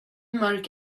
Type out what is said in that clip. mörk